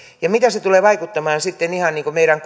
ja miten se tulee vaikuttamaan sitten ihan meidän